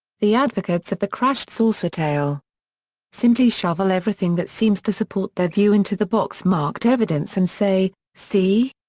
the advocates of the crashed-saucer tale simply shovel everything that seems to support their view into the box marked evidence and say, see?